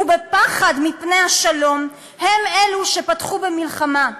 ובפחד מפני השלום הם אלו שפתחו במלחמה.